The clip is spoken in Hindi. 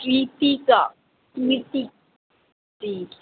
कृतिका कृति जी